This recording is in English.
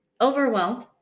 Overwhelmed